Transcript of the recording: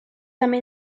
també